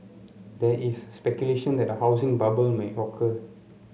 there is speculation that a housing bubble may occur